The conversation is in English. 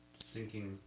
syncing